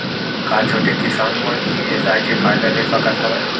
का छोटे किसान मन ई व्यवसाय के फ़ायदा ले सकत हवय?